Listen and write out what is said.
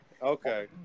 Okay